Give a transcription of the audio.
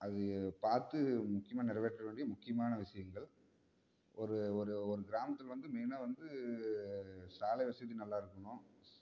அது பார்த்து முக்கியமாக நிறைவேற்ற வேண்டிய முக்கியமான விஷயங்கள் ஒரு ஒரு ஒரு கிராமத்தில் வந்து மெயினாக வந்து சாலை வசதி நல்லா இருக்கணும்